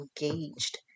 engaged